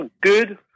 Good